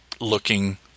looking